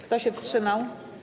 Kto się wstrzymał?